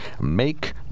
make